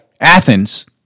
Athens